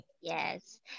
Yes